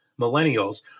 millennials